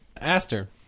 Aster